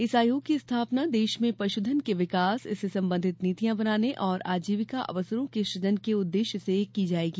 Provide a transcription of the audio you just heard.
इस आयोग की स्थापना देश में पशुधन के विकास इससे संबंधित नीतियां बनाने और आजीविका अवसरों के सृजन के उद्देश्य से की जाएगी